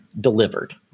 delivered